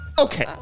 Okay